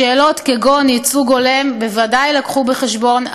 שאלות כגון ייצוג הולם בוודאי יובאו בחשבון,